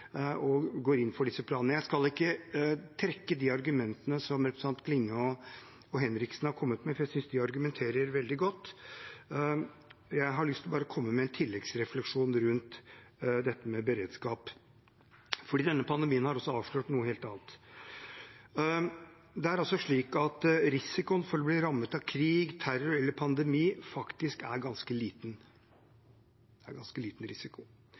og går inn for disse planene. Jeg skal ikke trekke de argumentene som representantene Klinge og Henriksen har kommet med, for jeg synes de argumenterer veldig godt. Jeg har bare lyst til å komme med en tilleggsrefleksjon rundt beredskap, for denne pandemien har også avslørt noe helt annet. Det er slik at risikoen for å bli rammet av krig, terror eller pandemi faktisk er ganske liten – det er ganske liten risiko.